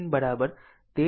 58 Ω છે